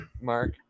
Mark